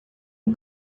uma